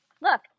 Look